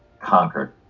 conquered